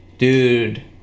Dude